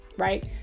right